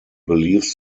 believes